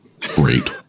Great